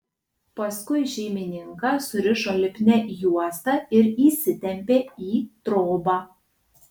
paskui šeimininką surišo lipnia juosta ir įsitempė į trobą